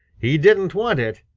he didn't want it.